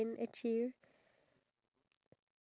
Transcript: how important is marriage to me